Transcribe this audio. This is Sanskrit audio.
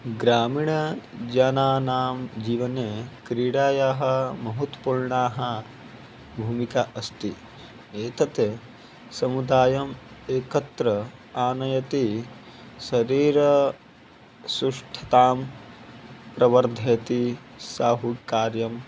ग्रामिणजनानां जीवने क्रीडायाः महत्त्वपुर्णा भूमिका अस्ति एतत् समुदायम् एकत्र आनयति शरीरसुष्ठतां प्रवर्धयति सहकार्यं